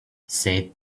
said